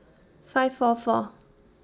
five four four